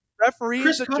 referees